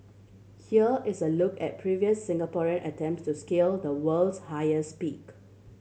here is a look at previous Singaporean attempts to scale the world's highest peak